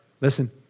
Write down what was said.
listen